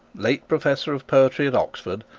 late professor of poetry at oxford,